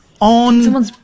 on